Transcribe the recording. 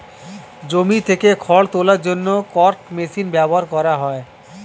জমি থেকে খড় তোলার জন্য ফর্ক মেশিন ব্যবহার করা হয়